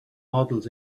models